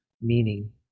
meaning